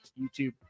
YouTube